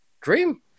Dream